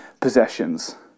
possessions